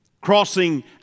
crossing